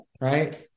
right